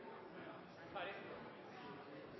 men